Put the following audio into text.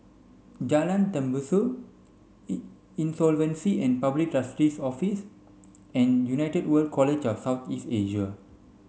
Jalan Tembusu Insolvency and Public Trustee's Office and United World College of South East Asia